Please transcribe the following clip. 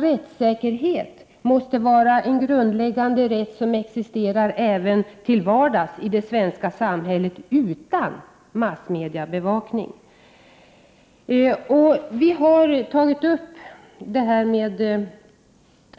Rättssäkerhet måste vara en grundläggande rätt som existerar även till vardags i det svenska samhället, utan att massmedierna bevakar den. I vår motion har vi tagit upp frågan om